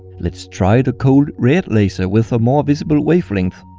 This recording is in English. let's try the cold, red laser with a more visible wavelength.